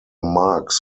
marks